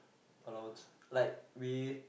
allowance like we